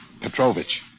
Petrovich